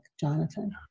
Jonathan